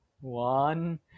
One